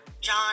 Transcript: John